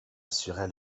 assurer